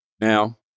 Now